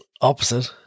opposite